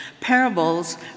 Parables